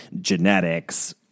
genetics